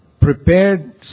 prepared